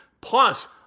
plus